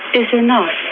is enough,